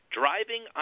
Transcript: driving